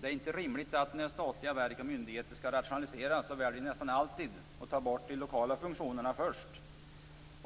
Det är inte rimligt att när statliga verk och myndigheter skall rationalisera så väljer de nästan alltid att ta bort de lokala funktionerna först.